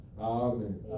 Amen